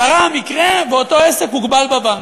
קרה המקרה שאותו עסק הוגבל בבנק,